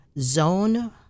Zone